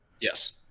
yes